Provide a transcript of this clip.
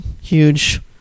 huge